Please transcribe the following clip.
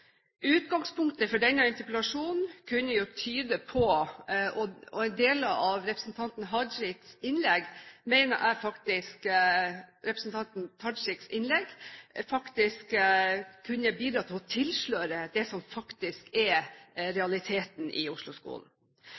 Utgangspunktet for denne interpellasjonen og deler av representanten Hajiks innlegg mener jeg kunne bidra til å tilsløre det som er realiteten i